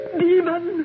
demon